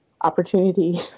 opportunity